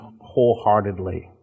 wholeheartedly